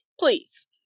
Please